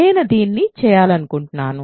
నేను దీన్ని చేయాలనుకుంటున్నాను